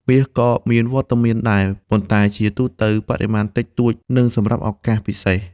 មាសក៏មានវត្តមានដែរ ប៉ុន្តែជាទូទៅក្នុងបរិមាណតិចតួច និងសម្រាប់ឱកាសពិសេស។